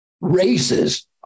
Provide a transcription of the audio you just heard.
races